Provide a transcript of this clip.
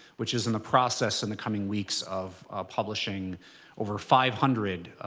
which is in the process, in the coming weeks, of publishing over five hundred